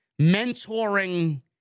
mentoring